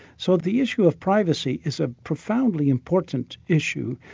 so the issue of privacy is a profoundly important issue,